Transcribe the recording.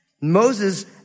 Moses